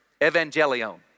evangelion